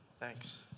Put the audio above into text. Thanks